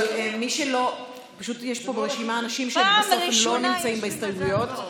אבל יש פה ברשימה אנשים שבסוף לא נמצאים בהסתייגויות,